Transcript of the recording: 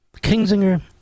Kingsinger